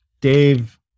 Dave